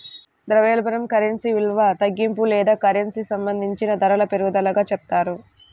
ద్రవ్యోల్బణం కరెన్సీ విలువ తగ్గింపుకి లేదా కరెన్సీకి సంబంధించిన ధరల పెరుగుదలగా చెప్తారు